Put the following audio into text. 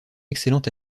excellent